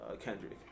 Kendrick